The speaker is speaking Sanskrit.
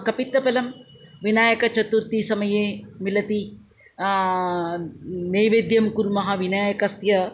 कपित्थफलं विनायकचतुर्थीसमये मिलति नैवेद्यं कुर्मः विनायकस्य